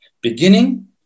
beginning